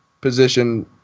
position